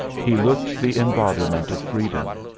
he looked the embodiment of freedom.